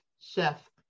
chef